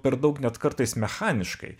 per daug net kartais mechaniškai